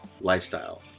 lifestyle